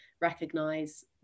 recognize